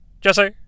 Jesse